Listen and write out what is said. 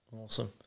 Awesome